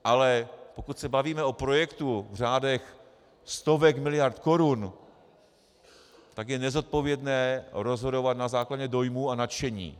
Ale pokud se bavíme o projektu v řádech stovek miliard korun, tak je nezodpovědné rozhodovat na základě dojmů a nadšení.